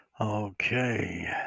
Okay